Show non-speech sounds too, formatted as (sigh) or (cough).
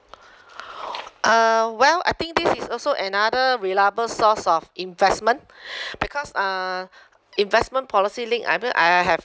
(breath) uh well I think this is also another reliable source of investment (breath) because uh investment policy linked I mean I I have